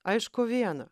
aišku viena